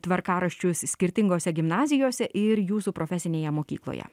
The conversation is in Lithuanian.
tvarkaraščius skirtingose gimnazijose ir jūsų profesinėje mokykloje